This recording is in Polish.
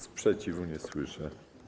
Sprzeciwu nie słyszę.